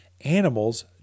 Animals